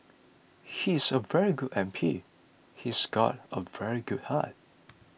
he's a very good M P he's got a very good heart